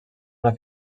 una